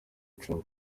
icumi